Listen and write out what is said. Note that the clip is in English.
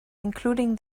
including